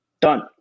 Done